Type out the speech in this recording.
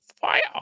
fire